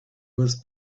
was